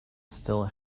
still